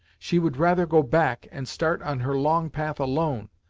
she would rather go back, and start on her long path alone,